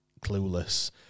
clueless